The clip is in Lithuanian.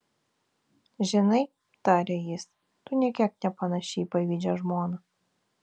žinai tarė jis tu nė kiek nepanaši į pavydžią žmoną